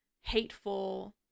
hateful